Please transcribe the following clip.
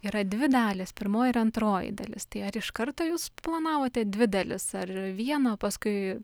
yra dvi dalys pirmoji ir antroji dalis tai ar iš karto jūs planavote dvi dalis ar vieną o paskui